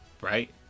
right